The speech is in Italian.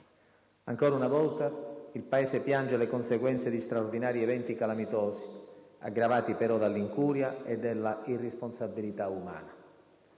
Ancora una volta il Paese piange le conseguenze di straordinari eventi calamitosi, aggravati però dall'incuria e dall'irresponsabilità umana.